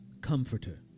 comforter